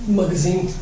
magazine